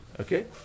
Okay